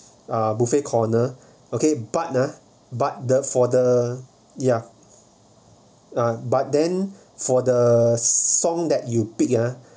a buffet corner okay but ah but the for the ya uh but then for the song that you pick ah